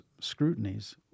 scrutinies